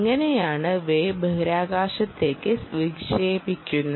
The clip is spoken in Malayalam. എങ്ങനെയാണ് വേവ് ബഹിരാകാശത്തേക്ക് വിക്ഷേപിക്കുന്നത്